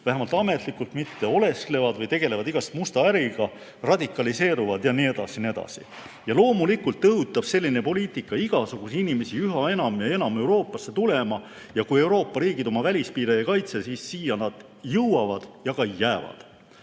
vähemalt ametlikult mitte, olesklevad või tegelevad igasuguse musta äriga, radikaliseeruvad jne, jne. Loomulikult õhutab selline poliitika igasuguseid inimesi üha enam ja enam Euroopasse tulema ja kui Euroopa riigid oma välispiire ei kaitse, siis siia nad jõuavad ja ka jäävad.